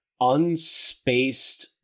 unspaced